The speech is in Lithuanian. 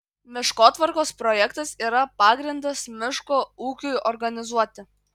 miškotvarkos projektas yra pagrindas miško ūkiui organizuoti